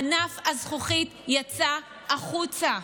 ענף הזכוכית יצא החוצה,